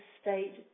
state